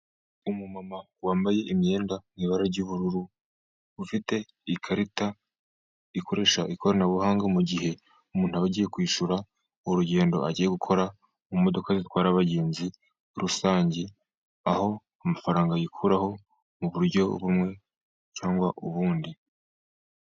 Umumama wambaye imyenda mu ibara ry'ubururu, ufite ikarita ikoresha ikoranabuhanga mugihe umuntu agiye kwishyura urugendo agiye gukora, mu modoka zitwara abagenzi rusange, aho amafaranga yikuraho muburyo bumwe cyangwa ubundi.